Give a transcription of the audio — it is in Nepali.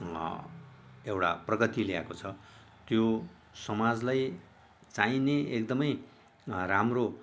एउटा प्रगति ल्याएको छ त्यो समाजलाई चाहिने एकदम राम्रो